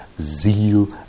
zeal